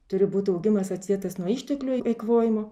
turi būt augimas atsietas nuo išteklių eikvojimo